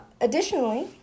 Additionally